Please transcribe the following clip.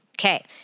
okay